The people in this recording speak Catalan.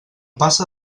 passe